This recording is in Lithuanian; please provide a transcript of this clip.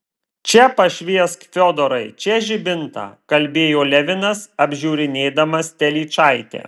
čia pašviesk fiodorai čia žibintą kalbėjo levinas apžiūrinėdamas telyčaitę